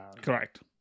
Correct